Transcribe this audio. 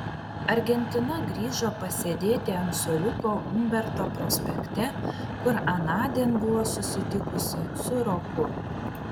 argentina grįžo pasėdėti ant suoliuko umberto prospekte kur anądien buvo susitikusi su roku